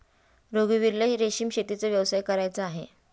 रघुवीरला रेशीम शेतीचा व्यवसाय करायचा आहे